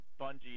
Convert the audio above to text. Bungie